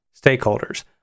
stakeholders